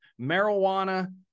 marijuana